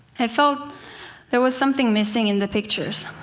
i felt there was something missing in the pictures.